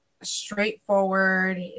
straightforward